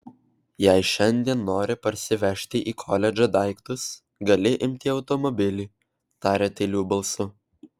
jei šiandien nori parsivežti į koledžą daiktus gali imti automobilį tarė tyliu balsu